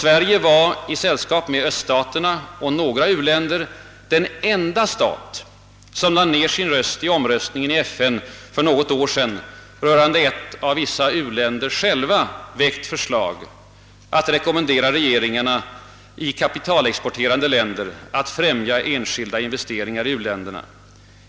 Sverige var i sällskap med öststaterna och några u-länder den enda stat som lade ner sin röst i omröstningen i FN för något år sedan rörande ett åv vissa u-länder själva väckt förslag att rekommendera regeringarna i kapitalexporterande länder att främja enskilda investeringar i u-länderna.